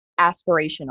aspirational